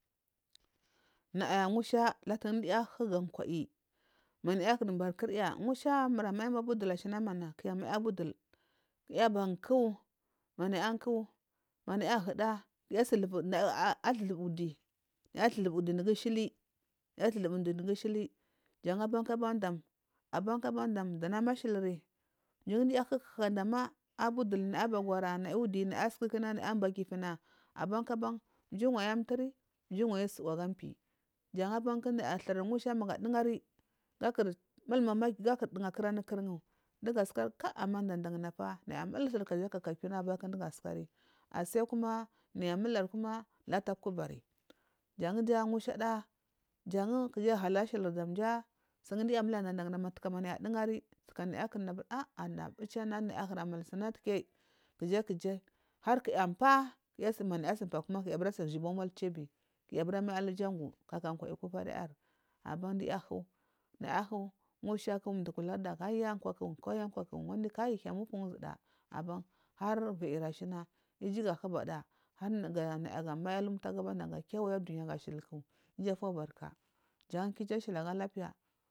Naya musha latu duya ahuga kwayi miyakur barkurya musha mura mai abudul shina kuya mai abudul kuya abba kuwu manaya kuwu manaya ahuda athukuda duwi naya athukubu suwi sugu shili naya thukubu duwi dugir shili jaban kubada abanku bandam nduma ashiliri mjigu duya ahukakada ma abudul abagwang naya udi naya sukuku naya ambakutina abankuban duwanyi amturi mjiwanyi tsuga mpi jan abanku thur musha magu adugan gakur malmamaki gakur dunga akuranu kumja dugu asukara nda dafa naya mulsu kaka kiwa askari asal kuma nayi muliri latu kubari janja mushada jan hah ashilirija manaya diyani taka naya akuna ah bichinana naya kuna mushusna tuki kuji kuji har naya pah kunaya abura sana shuba mol kuya bura mal alujanpu kaka kwal kuvadayar abanduya huw nay hu mdugu ularda mushadi mduk wanda aya kwaku ah kal hiyam uzuda aban har viyiri shina ijuga hubada nayagamai abumtagu bandam ga kiwaye dunya gasuwa shiliku ijufobarka jan kiju ashiliga lapiya.